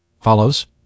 Follows